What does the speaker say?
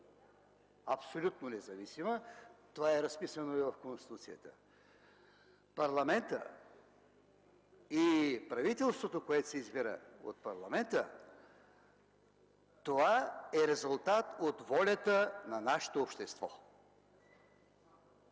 Абсолютно независима! Това е разписано и в Конституцията. Парламентът и правителството, което се избира от парламента, е резултат от волята на нашето общество.